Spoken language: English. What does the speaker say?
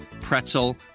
pretzel